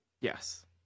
Yes